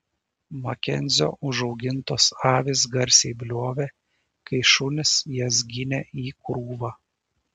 makenzio užaugintos avys garsiai bliovė kai šunys jas ginė į krūvą